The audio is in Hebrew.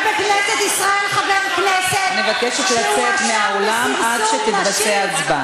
יושב בכנסת ישראל חבר כנסת שהואשם בסרסור נשים,